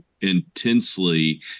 intensely